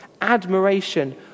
admiration